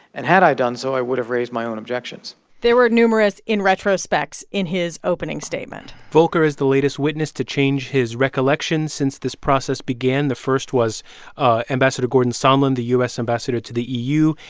and had i done so, i would have raised my own objections there were numerous in retrospects in his opening statement volker is the latest witness to change his recollection since this process began. the first was ah ambassador gordon sondland, the u s. ambassador to the eu.